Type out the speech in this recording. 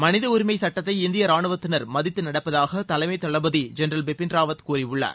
மனித உரிமை சட்டத்தை இந்திய ரானுவத்தினர் மதித்து நடப்பதாக தலைமை தளபதி ஜென்ரல் பிபின் ராவத் கூறியுள்ளார்